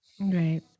Right